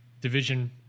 division